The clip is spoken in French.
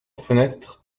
fenêtre